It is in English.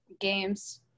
games